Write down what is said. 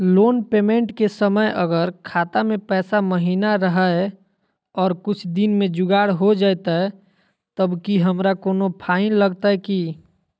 Loan payment के समय अगर खाता में पैसा महिना रहै और कुछ दिन में जुगाड़ हो जयतय तब की हमारा कोनो फाइन लगतय की?